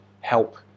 help